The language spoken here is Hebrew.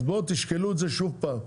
אז בואו תשקלו את שוב פעם.